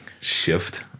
shift